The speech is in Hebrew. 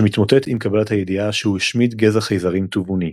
שמתמוטט עם קבלת הידיעה שהוא השמיד גזע חייזרים תבוני.